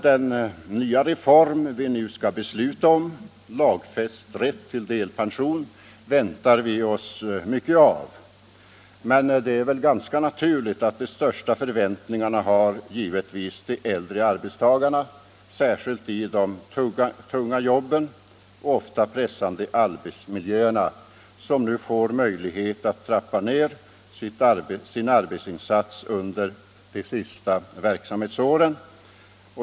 Den reform vi nu skall besluta om, lagfäst rätt till delpension, väntar vi oss mycket av, men de största förväntningarna har givetvis de äldre arbetstagarna, särskilt de i de tunga jobben och ofta pressande arbetsmiljöerna, som nu får möjlighet att trappa ned sin arbetsinsats under de sista verksamhetsåren.